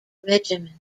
regiment